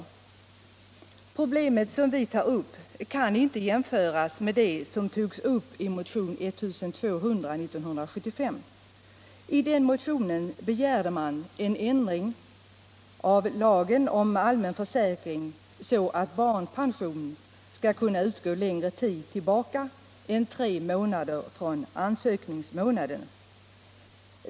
Det problem som vi tar upp kan inte jämföras med det som togs upp i motionen 1975:1200. I den motionen begärde man en ändring av lagen om allmän försäkring så att barnpension skulle kunna utgå för längre tid tillbaka än tre månader före ansökningsmånaden.